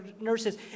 nurses